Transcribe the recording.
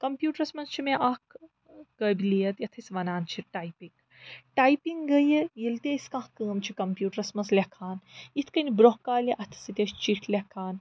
computers منٛز چھِ مےٚ اکھ قٲبلیت یَتھ أسۍ وَنان چھِ ٹایپنٛگ ٹایپنٛگ گٔیہِ ییٚلہِ تہِ أسۍ کانٛہہ کٲم چھِ کَمپیٛوٗٹرس منٛز لیٚکھان یِتھ کٔنۍ برٛونٛہہ کالہِ اَتھہٕ سۭتۍ ٲسۍ چِٹھۍ لیٚکھان